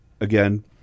again